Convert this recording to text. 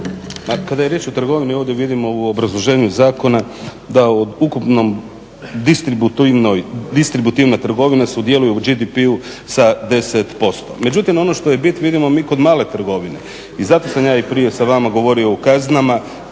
Kada je riječ o trgovini, ovdje vidimo u obrazloženju zakona da u ukupnoj distributivnoj trgovine sudjeluju u GDP-u sa 10%. Međutim ono što je bit vidimo mi kod male trgovine i zato sam ja i prije sa vama govorio o kaznama,